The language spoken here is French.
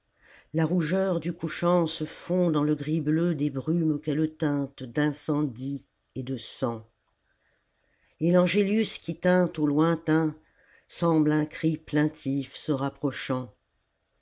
la rougeur du couchant se fond dans le gris bleu des brumes qu'elle teinte d'incendie et de sang et l'angélus qui tinte au lointain semble un cri plaintif se rapprochant